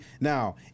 now